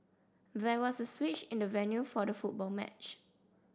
there was a switch in the venue for the football match